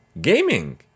gaming